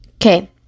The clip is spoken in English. Okay